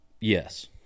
Yes